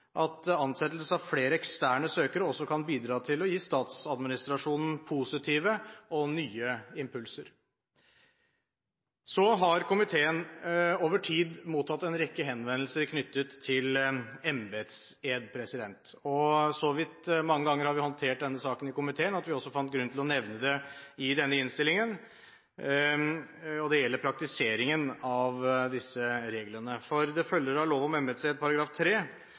at ansettelse av flere eksterne søkere kan bidra til å gi statsadministrasjonen positive og nye impulser. Komiteen har over tid mottatt en rekke henvendelser knyttet til embetsed, og så vidt mange ganger har vi håndtert denne saken i komiteen at vi også fant grunn til å nevne det i innstillingen. Det gjelder praktiseringen av reglene. Det følger av lov om embedsed